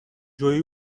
جوئی